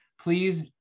please